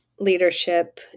leadership